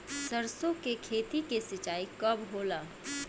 सरसों की खेती के सिंचाई कब होला?